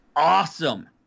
awesome